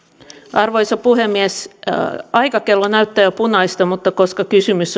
arvoisa puhemies aikakello näyttää jo punaista mutta koska kysymys